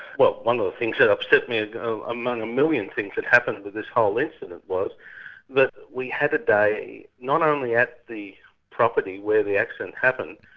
well one of the things that upset me ah among a million things that happened with this whole incident was that we had a day, not only at the property where the accident happened,